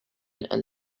and